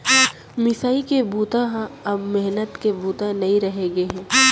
मिसाई के बूता ह अब मेहनत के बूता नइ रहि गे हे